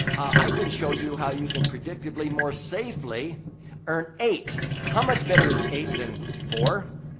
i can show you how you can predictably more safely earn eight. how much better is eight than four?